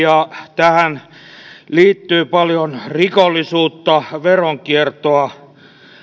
tähän liittyy paljon rikollisuutta veronkiertoa